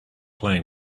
playing